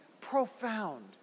profound